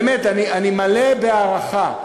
באמת, אני מלא הערכה.